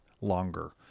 longer